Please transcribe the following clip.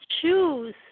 choose